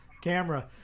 camera